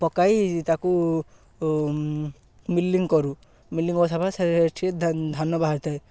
ପକାଇ ତାକୁ ମିଲଂ କରୁ ମିଲିଂ କରିସାରିଲା ସେ ଠିକ ଧାନ ବାହାରି ଥାଏ